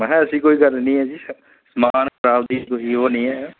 में आखेआ ऐसी कोई गल्ल नेईं ऐ जी समान खराब दी कोई ओह् नेईं ऐ